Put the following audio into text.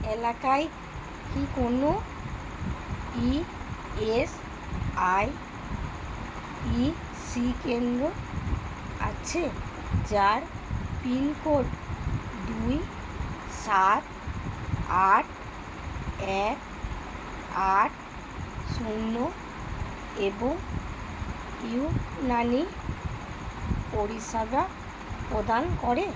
এলাকায় কি কোনও E S I E C কেন্দ্র আছে যার পিন কোড দুই সাত আট এক আট শূন্য এবং ইউনানি পরিষেবা প্রদান করে